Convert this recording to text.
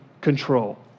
control